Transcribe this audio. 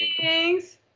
thanks